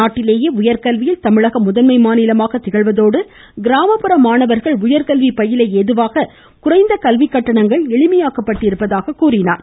நாட்டிலேயே உயர்கல்வியில் தமிழகம் முதன்மை மாநிலமாக திகழ்வதோடு கிராமப்புற மாணவர்கள் உயர்கல்வி பயில ஏதுவாக குறைந்த கல்வி கட்டணங்கள் எளிமையாக்கப்பட்டிருப்பதாக கூறினார்